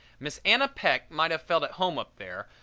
miss anna peck might have felt at home up there,